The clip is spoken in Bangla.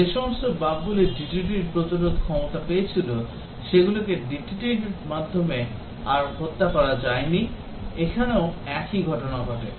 যে সমস্ত বাগগুলি ডিডিটির প্রতিরোধ ক্ষমতা পেয়েছিল সেগুলিকে ডিডিটি র মাধ্যমে আর হত্যা করা যায়নি এখানেও একই ঘটনা ঘটে